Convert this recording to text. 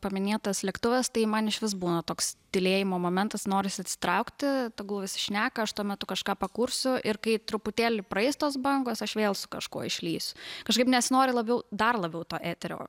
paminėtas lėktuvas tai man išvis būna toks tylėjimo momentas norisi atsitraukti tegul visi šneka aš tuo metu kažką pakursiu ir kai truputėlį praeis tos bangos aš vėl su kažkuo išlįsiu kažkaip nesinori labiau dar labiau to eterio